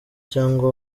cyangwa